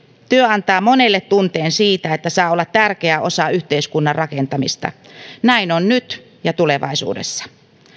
työ antaa monelle tunteen siitä että saa olla tärkeä osa yhteiskunnan rakentamista näin on nyt ja tulevaisuudessa